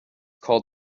called